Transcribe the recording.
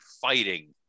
fighting